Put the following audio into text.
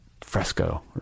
fresco